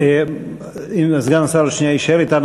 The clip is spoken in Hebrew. סגן השר יישאר אתנו.